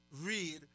read